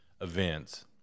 events